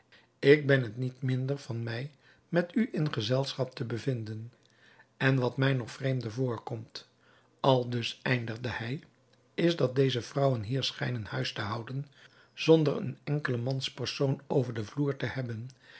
ik ben het niet minder van mij met u in gezelschap te bevinden en wat mij nog vreemder voorkomt aldus eindigde hij is dat deze vrouwen hier schijnen huis te houden zonder een enkelen manspersoon over den vloer te hebben